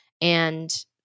and-